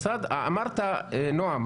נועם,